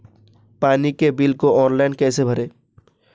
पानी के बिल को ऑनलाइन कैसे भरें?